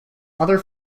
other